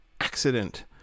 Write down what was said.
accident